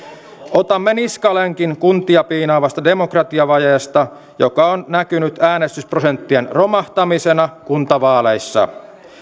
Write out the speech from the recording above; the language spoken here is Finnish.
otamme niskalenkin kuntia piinaavasta demo kratiavajeesta joka on näkynyt äänestysprosenttien romahtamisena kuntavaaleissa